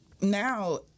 now